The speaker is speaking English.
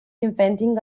inventing